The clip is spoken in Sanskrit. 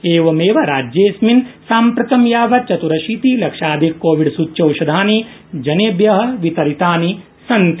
एवमेव राज्येस्मिन् साम्प्रतं यावत् चत्रशीतिलक्षाधिककोविडसूच्यौषधानि जनेभ्यः वितरितानि सन्ति